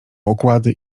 okłady